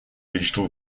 digital